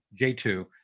J2